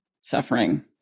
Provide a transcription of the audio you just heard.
suffering